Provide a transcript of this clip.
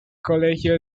colegio